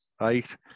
right